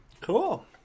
Cool